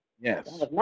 Yes